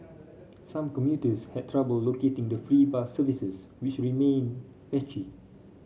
some commuters had trouble locating the free bus services which remained patchy